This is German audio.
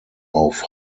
auf